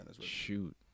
Shoot